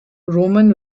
roman